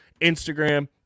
Instagram